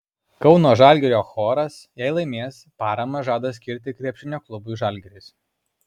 kauno žalgirio choras jei laimės paramą žada skirti krepšinio klubui žalgiris